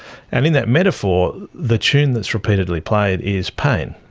and in that metaphor, the tune that is repeatedly played is pain.